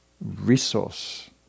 resource